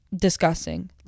Disgusting